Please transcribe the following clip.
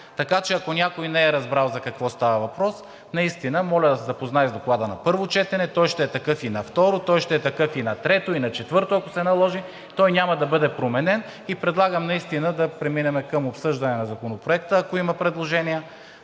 Така че, ако някой не е разбрал за какво става въпрос, моля да се запознае с Доклада на първо четене, той ще е такъв и на второ, той ще е такъв и на трето, и на четвърто, ако се наложи. Той няма да бъде променен и предлагам наистина да преминем към обсъждане на Законопроекта, ако има предложения,